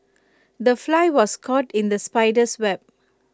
the fly was caught in the spider's web